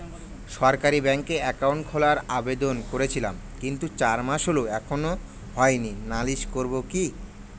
সরকারি ব্যাংকে একাউন্ট খোলার আবেদন করেছিলাম কিন্তু চার মাস হল এখনো হয়নি নালিশ করব কি?